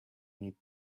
need